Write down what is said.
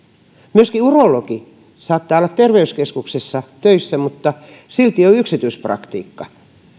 myöskin urologi saattaa olla terveyskeskuksessa töissä mutta silti on yksityispraktiikka